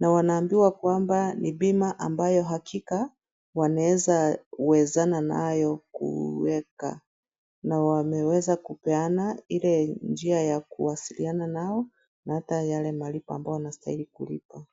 Na wanaambiwa kwamba ni bima ambayo hakika, wanaweza uwezana nayo kuweka, na wameweza kupeana ile njia ya kuwasiliana nao na hata yale malipo ambayo wanastahili kulipa.